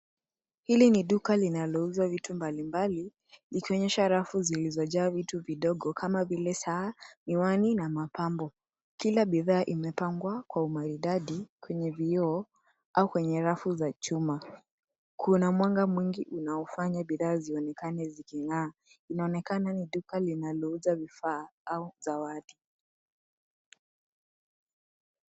Hili ni duka linalouza vitu mbalimbali, likionyesha rafu zilizojaa vitu vidogo kama vile saa , miwani na mapambo. Kila bidhaa imepangwa kwa umaridadi , kwenye vioo au kwenye rafu za chuma. Kuna mwanga mwingi unaofanya bidhaa zionekane zikingaa. Inaonekana ni duka linalouza vifaa au zawadi.